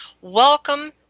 Welcome